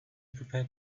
prepared